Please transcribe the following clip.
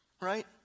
right